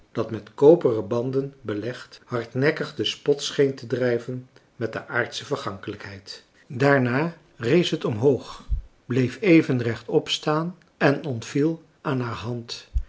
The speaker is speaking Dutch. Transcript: dat met koperen banden belegd hardnekkig den spot scheen te drijven met de aardsche vergankelijkheid daarna rees het omhoog bleef even rechtop staan en ontviel aan haar hand